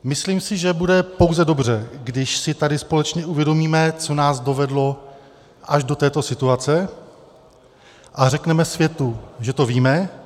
Myslím si, že bude pouze dobře, když si tady společně uvědomíme, co nás dovedlo až do této situace, a řekneme světu, že to víme.